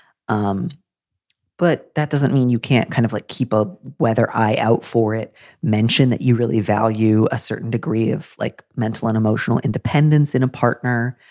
um but that doesn't mean you can't kind of like keep a weather eye out for it mentioned that you really value a certain degree of like mental and emotional independence in a partner.